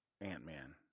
Ant-Man